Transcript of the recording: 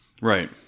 right